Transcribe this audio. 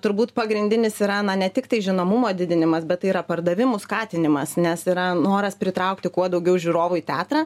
turbūt pagrindinis yra na ne tiktai žinomumo didinimas bet tai yra pardavimų skatinimas nes yra noras pritraukti kuo daugiau žiūrovų į teatrą